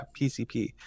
PCP